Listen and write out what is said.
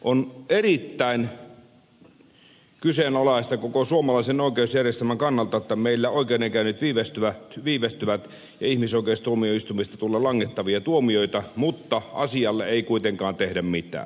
on erittäin kyseenalaista koko suomalaisen oikeusjärjestelmän kannalta että meillä oikeudenkäynnit viivästyvät ja ihmisoikeustuomioistuimesta tulee langettavia tuomioita mutta asialle ei kuitenkaan tehdä mitään